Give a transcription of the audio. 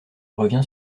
revient